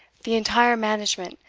the entire management,